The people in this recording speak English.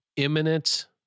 Imminent